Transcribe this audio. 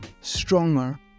stronger